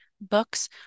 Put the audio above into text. books